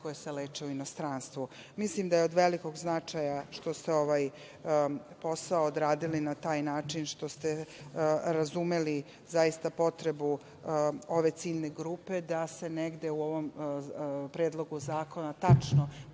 koja se leče u inostranstvu. Mislim da je od velikog značaja što ste ovaj posao odradili na taj način, što ste razumeli potrebu ove ciljne grupe da se negde u ovom Predlogu zakona tačno